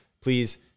please